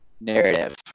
narrative